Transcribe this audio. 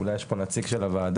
אולי יש פה נציג של הוועדה,